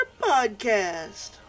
Podcast